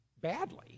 badly